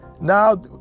Now